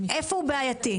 איפה הוא בעייתי?